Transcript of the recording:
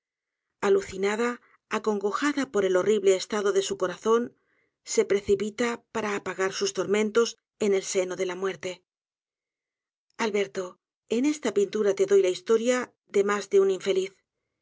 alucinada acongojada por el horrible estado de su corazón se precipita para apagar sus tormentos en el seno de la muerte alberto en esta pintura te doy la historia de mas de un infeliz